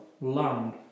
land